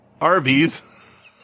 Arby's